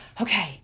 okay